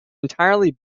entirely